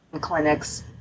clinics